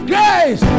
Grace